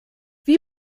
wie